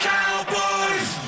Cowboys